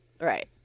right